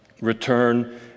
return